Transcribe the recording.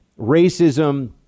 racism